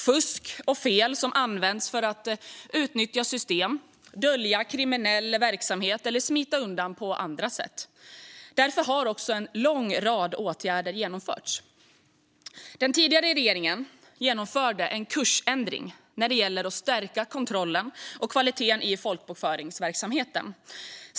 Fusk och fel används för att utnyttja system, dölja kriminell verksamhet eller smita undan på andra sätt. Därför har en lång rad åtgärder genomförts. Den tidigare regeringen genomförde en kursändring när det gäller att stärka kontrollen och kvaliteten i folkbokföringsverksamheten.